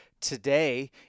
today